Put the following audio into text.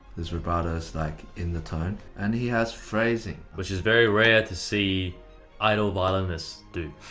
his vibrato is, like, in the tone. and he has phrasing. which is very rare to see idol violinists. do.